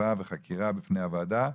אכיפה וחקירה בפני הוועדה,